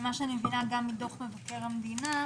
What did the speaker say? גם ממה שאני מבינה מדוח מבקר המדינה,